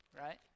right